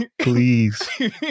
please